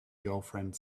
girlfriend